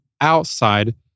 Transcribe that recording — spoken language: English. outside